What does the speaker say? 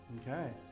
Okay